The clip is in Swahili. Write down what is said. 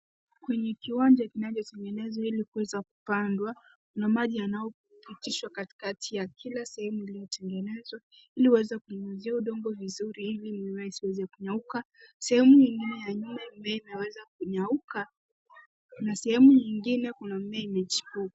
Kwenye kiwanja kinachotengenezwa ili kuweza kupandwa kuna maji yanayopitishwa katikati ya kila sehemu iliyotengenezwa ili iweza kunyunyuzia udongo vizuri ili mimea isiweze kunyauka. Sehemu nyengine ya nyuma mimea imeweza kunyauka na sehemu nyengine kuna mimea imechipuka.